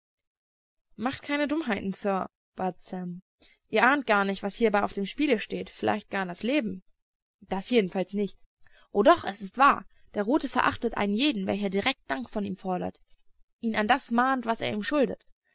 macht keine dummheiten sir bat sam ihr ahnt gar nicht was hierbei auf dem spiele steht vielleicht gar das leben das jedenfalls nicht o doch es ist wahr der rote verachtet einen jeden welcher direkt dank von ihm fordert ihn an das mahnt was er ihm schuldet